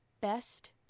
best